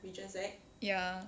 ya